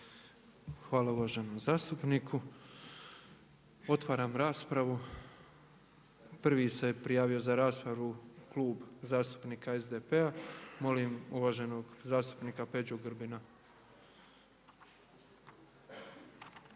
Hvala uvaženom zastupniku. Otvaram raspravu. Prvi se prijavio za raspravu Klub zastupnika SDP-a. Molim uvaženog zastupnika Peđu Grbina.